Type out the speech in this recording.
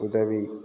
உதவி